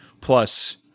plus